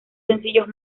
sencillos